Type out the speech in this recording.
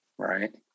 Right